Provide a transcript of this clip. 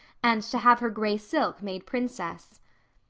and to have her gray silk made princess.